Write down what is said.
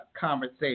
conversation